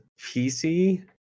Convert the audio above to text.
PC